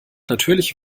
natürlich